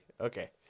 Okay